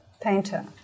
painter